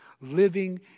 Living